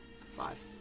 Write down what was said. five